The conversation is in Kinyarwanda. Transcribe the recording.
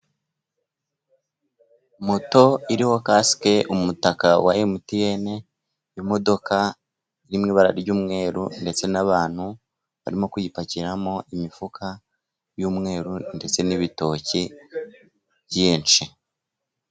Moto iriho kasike, umutaka wa MTN, imodoka iri mu ibara ry'umweru ndetse n'abantu barimo kuyipakiramo imifuka y'umweru ndetse n'ibitoki byinshi.